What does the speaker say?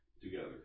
together